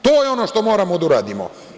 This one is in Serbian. To je ono što moramo da uradimo.